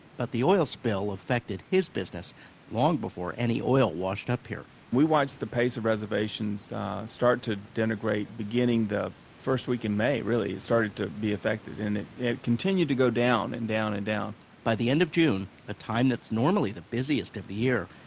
but the oil spill affected his business long before any oil washed up here we watched the pace of reservations start to denigrate beginning the first week in may really, it started to be affected. and it it continued to go down and down and down by the end of june, a time that's normally the busiest of the year,